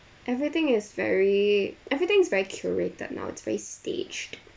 everything is very everything's very curated now it's very staged